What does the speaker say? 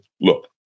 look